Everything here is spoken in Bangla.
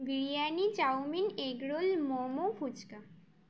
biryani chowmein egg roll momo fuchka